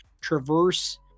traverse